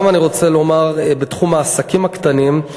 אני גם רוצה לומר שבתחום העסקים הקטנים,